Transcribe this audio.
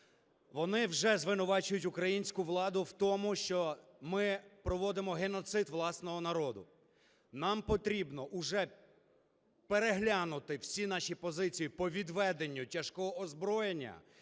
Вони вже звинувачують українську владу в тому, що ми проводимо геноцид власного народу. Нам потрібно уже переглянути всі наші позиції по відведенню тяжкого озброєння